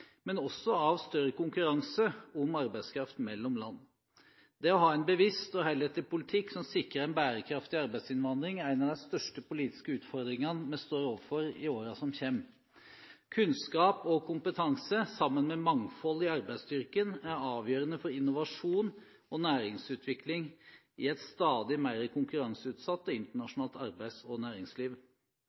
men også av større konkurranse om arbeidskraft mellom land. Det å ha en bevisst og helhetlig politikk som sikrer en bærekraftig arbeidsinnvandring, er en av de største politiske utfordringene vi vil stå overfor i årene som kommer. Kunnskap og kompetanse, sammen med mangfold i arbeidsstyrken, er avgjørende for innovasjon og næringsutvikling i et stadig mer konkurranseutsatt og internasjonalt arbeids- og næringsliv.